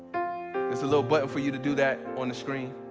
there's a little button for you to do that on the screen.